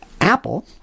Apple